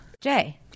Jay